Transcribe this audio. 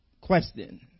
question